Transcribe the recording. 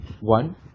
One